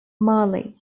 mali